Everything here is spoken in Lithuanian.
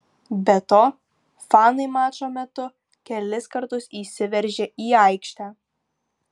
be to fanai mačo metu kelis kartus įsiveržė į aikštę